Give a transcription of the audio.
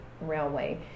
Railway